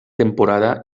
temporada